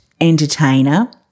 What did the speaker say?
entertainer